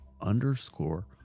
underscore